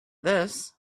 this